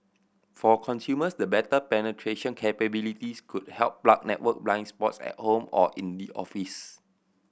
for consumers the better penetration capabilities could help plug network blind spots at home or in the office